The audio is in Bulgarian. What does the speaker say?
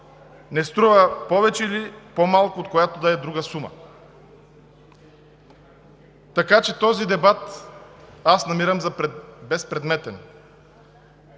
не струва повече или по-малко от която и да е друга сума. Така че този дебат аз намирам за безпредметен.